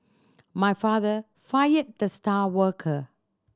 my father fired the star worker